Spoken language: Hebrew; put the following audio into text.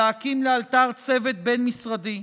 להקים לאלתר צוות בין-משרדי,